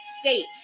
state